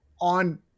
on